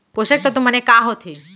पोसक तत्व माने का होथे?